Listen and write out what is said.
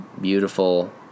beautiful